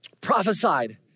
prophesied